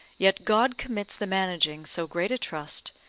yet god commits the managing so great a trust,